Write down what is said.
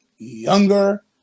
younger